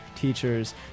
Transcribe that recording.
teachers